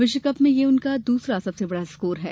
विश्वकप में यह उनका दूसरा सबसे बड़ा स्कोर है